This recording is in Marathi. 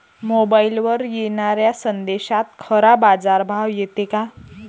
मोबाईलवर येनाऱ्या संदेशात खरा बाजारभाव येते का?